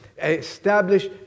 establish